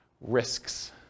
Risks